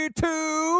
two